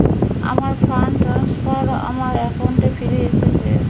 আমার fund transfer আমার অ্যাকাউন্টে ফিরে এসেছে